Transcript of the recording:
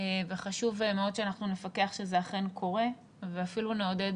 וחשוב מאוד שאנחנו נפקח שזה אכן קורה ואפילו נעודד